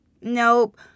Nope